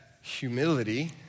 Humility